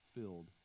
filled